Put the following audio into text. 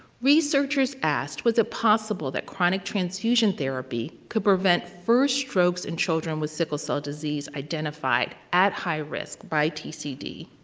researchers asked, was it possible that chronic transfusion therapy could prevent first strokes in children with sickle cell disease identified at high risk by tcd?